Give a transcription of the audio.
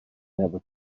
never